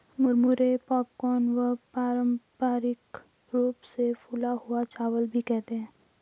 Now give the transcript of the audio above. मुरमुरे पॉपकॉर्न व पारम्परिक रूप से फूला हुआ चावल भी कहते है